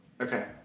Okay